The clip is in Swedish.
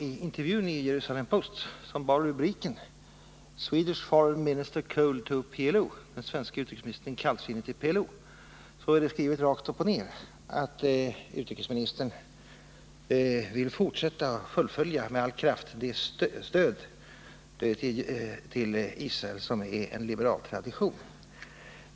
I intervjun i Jerusalem Post, som bar rubriken Swedish Foreign Minister cold to PLO — den svenske utrikesministern kallsinnig till PLO —, är det skrivet rakt upp och ner att utrikesministern med all kraft vill fullfölja det stöd till Israel som är en liberal tradition.